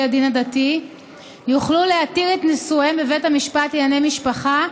הדין הדתי יוכלו להתיר את נישואיהם בבית המשפט לענייני משפחה,